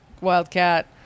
Wildcat